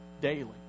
daily